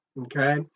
okay